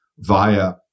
via